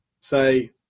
say